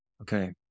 okay